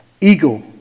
eagle